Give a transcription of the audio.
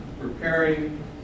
preparing